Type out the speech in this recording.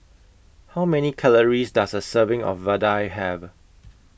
How Many Calories Does A Serving of Vadai Have